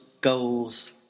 goals